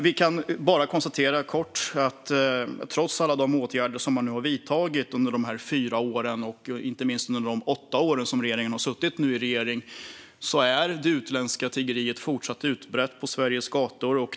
Vi kan bara konstatera att trots alla de åtgärder som man nu har vidtagit under de här fyra åren och under alla de åtta år som man suttit i regeringsställning är det utländska tiggeriet fortsatte utbrett på Sveriges gator.